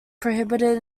prohibited